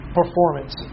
performance